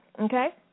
okay